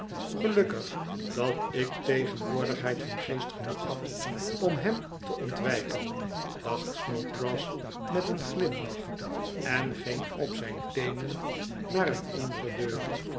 gelukkig dat ik tegenwoordigheid van geest genoeg had om hem te ontwijken dacht snodgrass met een glimlach en ging op zijn teenen naar een andere deur